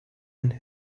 and